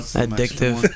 addictive